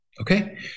Okay